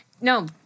No